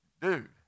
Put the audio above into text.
dude